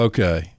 Okay